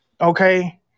Okay